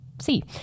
See